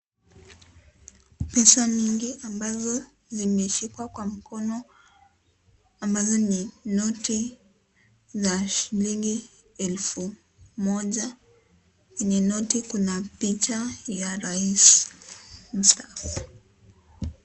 Pesa mingi ambazo zimeshikwa kwa mkono ambazo ni noti za shilingi elfu moja. Kwenye noti kuna picha ya Rais mstaafu.